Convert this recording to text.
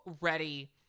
ready